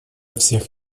всех